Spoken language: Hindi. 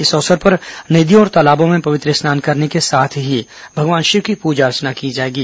इस अवसर पर नदियों और तालाबों में पवित्र स्नान करने के साथ ही भगवान शिव की पूजा अर्चना की जाएगी